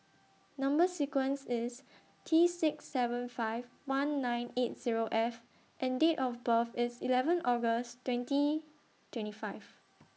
Number sequence IS T six seven five one nine eight Zero F and Date of birth IS eleven August twenty twenty five